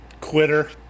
Quitter